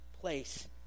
place